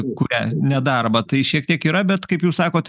kuria nedarbą tai šiek tiek yra bet kaip jūs sakot